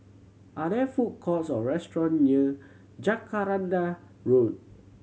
are there food courts or restaurant near Jacaranda Road